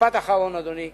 משפט אחרון, אדוני.